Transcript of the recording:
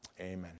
amen